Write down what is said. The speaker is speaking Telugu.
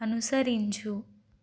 అనుసరించు